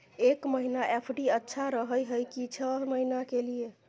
एक महीना एफ.डी अच्छा रहय हय की छः महीना के लिए?